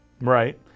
right